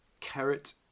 Carrot